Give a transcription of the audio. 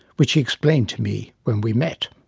which he explained to me when we met.